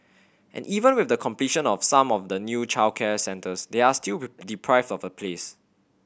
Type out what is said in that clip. and even with the completion of some of the new childcare centres they are still deprived of a place